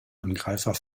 angreifer